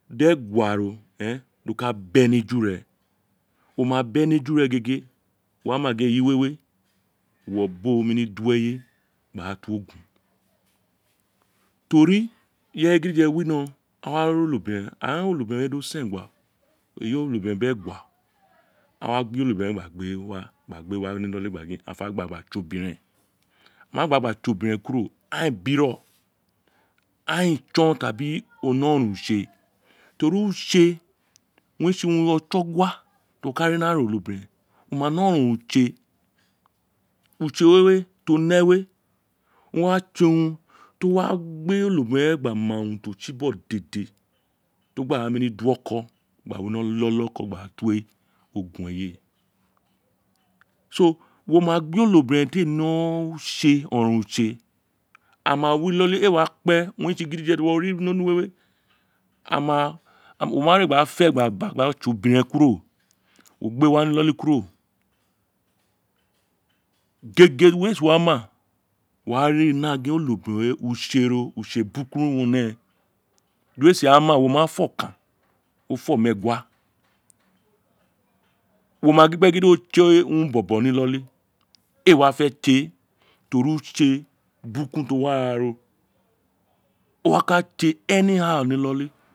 Di egua ro di o ka bie ni eju re o ma bie ni eju re gege wa ma gin eyi we uwo bo mi ni do eyewe gba to ogun tori ireye gidije wino a wa ri onobiren aa onobiren we o sengua o eyi onobiren bi egua a wa gbe onobiren we gba gbe wa hi iloli gba gba tse obiren wo ma gba gba tse obiren kuro aghan a biro aghan a tson ta bi o ne oronron utse to ri utse we owun re tse urun otso gua ti uwo ri ni ara onobiren wo ma ne oronron utse utse wewe ti ne we owin o wa tse owun ti o wa gbe onobiren we gbe ma urun ti o tsi gbogbo dede ti o gba nemi di oko gba wi iloli oko gba to ogun eye wo ma ri onobiren ti a ni utse oron ron utse a ma wi iloli ee wa kpe owun re tse gidiye ti uwo ri we a ma ro ma re gbe fe gba gba tse obiren kuro wo gbe wa ni iloli kuro gege do wa ma wa ri ni onobiren we, utse ro utse burúkún owun o ne di ee si ra ma wo ma fo okan ofo meegua, ren wo ma gin gbe gin do tse urun babo ni iloli ee wa fe tse to ri utse burúkún ti o wi ara ro o wa ka ti ni iloli.